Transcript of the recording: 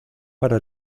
para